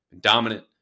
Dominant